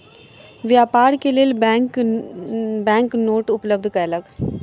व्यापार के लेल बैंक बैंक नोट उपलब्ध कयलक